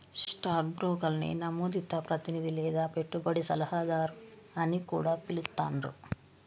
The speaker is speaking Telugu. స్టాక్ బ్రోకర్ని నమోదిత ప్రతినిధి లేదా పెట్టుబడి సలహాదారు అని కూడా పిలుత్తాండ్రు